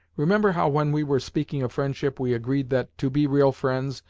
remember how, when we were speaking of friendship, we agreed that, to be real friends,